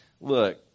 Look